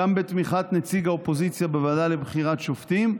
גם בתמיכת נציג האופוזיציה בוועדה לבחירת שופטים,